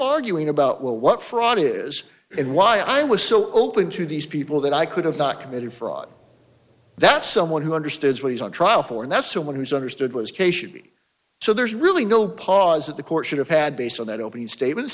arguing about well what fraud is and why i was so open to these people that i could have not committed fraud that someone who understands what he's on trial for and that's someone who's understood was case should be so there's really no pause that the court should have had based on that opening statements